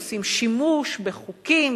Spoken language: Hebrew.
עושים שימוש בחוקים,